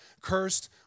cursed